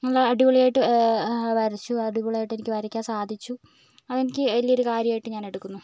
നല്ല അടിപൊളി ആയിട്ട് വരച്ചു അടിപൊളിയായിട്ട് എനിക്ക് വരയ്ക്കാൻ സാധിച്ചു അതെനിക്ക് വലിയൊരു കാര്യമായിട്ട് ഞാൻ എടുക്കുന്നു